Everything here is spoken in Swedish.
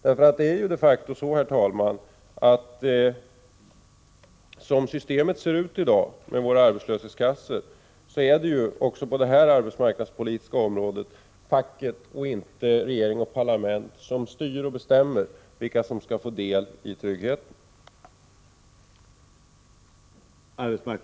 Det är de facto så, herr talman, att som systemet ser ut i dag när det gäller våra arbetslöshetskassor är det även på den här delen av det arbetsmarknadspolitiska området facket och inte regering och parlament som styr och bestämmer vilka som skall få del i tryggheten.